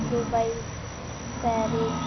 Dubai Paris